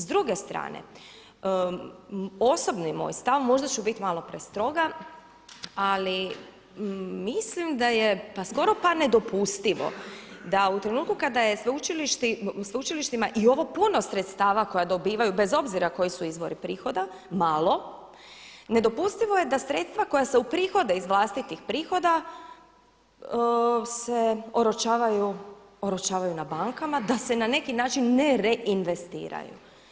S druge strane, osobni moj stav, možda ću biti malo prestroga ali mislim da je pa skoro pa nedopustivo da u trenutku kada je sveučilištima i ovo puno sredstava koja dobivaju bez obzira koji su izvori prihoda malo, nedopustivo je da sredstva koja se uprihode iz vlastitih prihoda se oročavaju na bankama da se na neki način ne reinvestiraju.